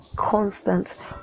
constant